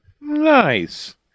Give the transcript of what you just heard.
Nice